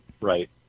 right